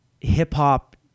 Hip-hop